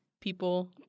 People